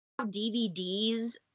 DVDs